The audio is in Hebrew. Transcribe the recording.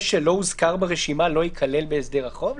שלא הוזכר ברשימה לא ייכלל בהסדר החוב?